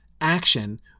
action